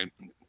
right